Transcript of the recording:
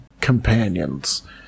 companions